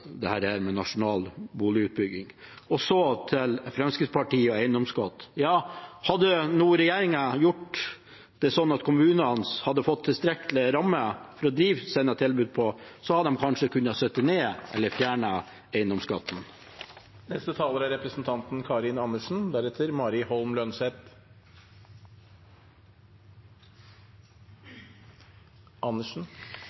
nasjonal boligutbygging. Så til Fremskrittspartiet og eiendomsskatt: Hadde nå regjeringen gjort det sånn at kommunene hadde fått en tilstrekkelig ramme for å kunne drive sine tilbud, hadde de kanskje kunnet satt ned eller fjernet eiendomsskatten. Jeg synes det er